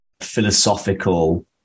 philosophical